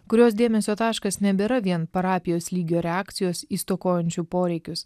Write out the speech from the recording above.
kurios dėmesio taškas nebėra vien parapijos lygio reakcijos į stokojančių poreikius